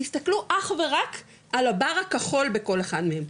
תסתכלו אך ורק על הבר הכחול בכל אחד מהם,